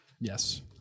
Yes